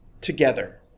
together